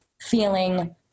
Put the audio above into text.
feeling